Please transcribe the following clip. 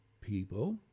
people